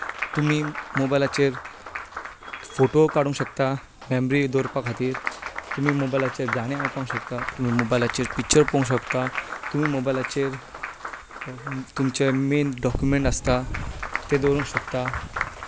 तुमी मोबायलाचेर फोटो काडूंक शकता मेमरी दवरपा खातीर तुमी मोबायलाचेर गाणें आयकूंक शकता मोबायलाचेर पिच्चर पळोवंक शकता तुमी मोबायलाचेर तुमचे मेन डाँक्युमेंट आसता ते दवरूंक शकता